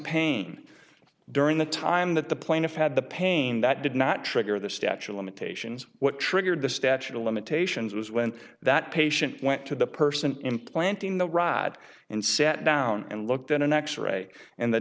pain during the time that the plaintiff had the pain that did not trigger the statue of limitations what triggered the statute of limitations was when that patient went to the person implanting the rod and sat down and looked at an x ray and the